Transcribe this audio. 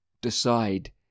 decide